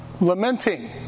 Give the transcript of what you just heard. lamenting